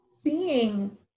seeing